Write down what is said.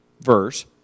verse